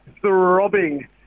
throbbing